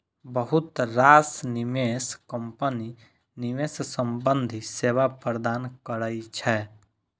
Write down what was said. बहुत रास निवेश कंपनी निवेश संबंधी सेवा प्रदान करै छै